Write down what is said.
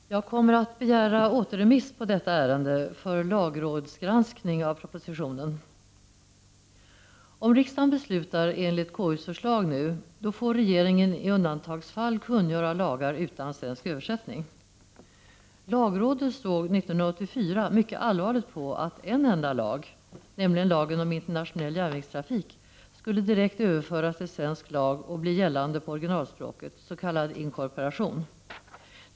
Herr talman! Jag kommer att begära återremiss av detta ärende för lagrådsgranskning av propositionen. Om riksdagen beslutar enligt KU:s förslag får regeringen i undantagsfall kungöra lagar utan svensk översättning. Lagrådet såg 1984 mycket allvarligt på att en enda lag, nämligen lagen om internationell järnvägstrafik, direkt skulle överföras till svensk lag och bli gällande på originalspråket, s.k. inkorporation.